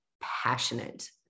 passionate